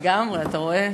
לגמרי, אתה רואה?